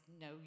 no